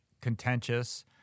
contentious